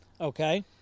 Okay